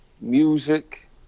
music